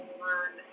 learn